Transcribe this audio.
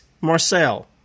Marcel